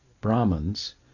Brahmins